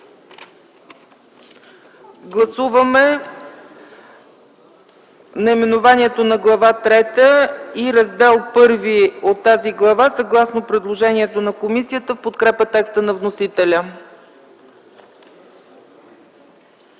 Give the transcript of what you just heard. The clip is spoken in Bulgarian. Гласуваме наименованието на Глава трета и Раздел І от тази глава съгласно предложението на комисията в подкрепа текста на вносителя.